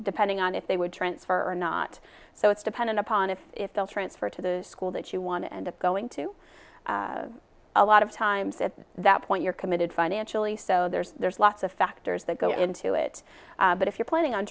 depending on if they would transfer or not so it's dependent upon if they'll transfer to the school that you want to end up going to a lot of times at that point you're committed financially so there's lots of factors that go into it but if you're planning on